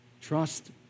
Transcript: Trust